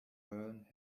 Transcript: burn